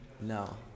No